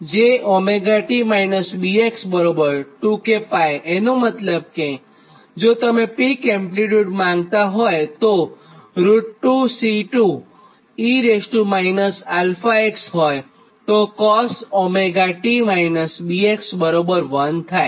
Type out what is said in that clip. જે 𝜔t 𝛽x 2 k𝜋 એનો મતલબ કે જો તમે પીક એમ્પ્લીટ્યુડ માંગતા હોયતો √2 C2e αx હોયતો cos𝜔t 𝛽x1 થાય